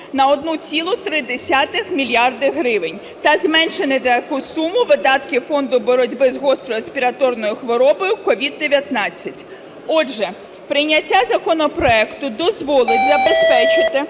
на 1,3 мільярди гривень та зменшити на таку суму видатки фонду боротьби з гостро респіраторною хворобою COVID-19. Отже, прийняття законопроекту дозволить забезпечити